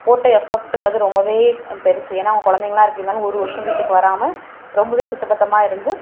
போட்ட எஃப்பெக்ட்ங்கிறது ரொம்பவே பெருசு ஏன்னால் அவங்க குழந்தைங்கல்லாம் இருக்குது இருந்தாலும் ஒரு வருஷம் வீட்டுக்கு வராமல் ரொம்பவே சுத்தப்பத்தமாக இருந்து